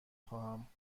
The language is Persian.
خواهم